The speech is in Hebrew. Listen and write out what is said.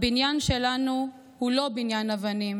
הבניין שלנו הוא לא בניין אבנים